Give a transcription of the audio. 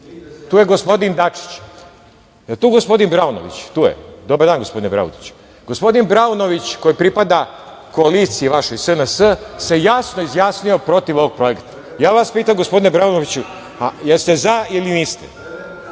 Tu je gospodin Dačić. Da li je tu gospodin Braunović? Tu je. Dobar dan, gospodine Braunoviću. Gospodin Braunović, koji pripada koaliciji vašoj SNS, se jasno izjasnio protiv ovog projekta. Ja vas pitam, gospodine Braunoivću, jeste li za ili niste?